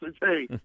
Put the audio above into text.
Hey